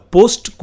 Post